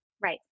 right